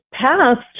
passed